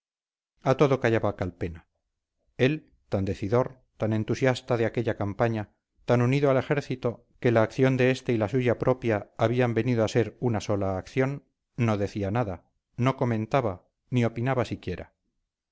a todo callaba calpena él tan decidor tan entusiasta de aquella campaña tan unido al ejército que la acción de este y la suya propia habían venido a ser una sola acción no decía nada no comentaba ni opinaba siquiera